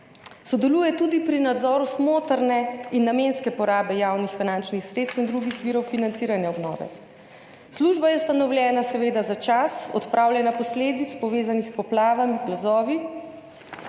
sodeluje tudi pri nadzoru smotrne in namenske porabe javnih finančnih sredstev in drugih virov financiranja obnove. Služba je ustanovljena seveda za čas odpravljanja posledic, povezanih s poplavami, plazovi,